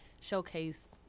showcase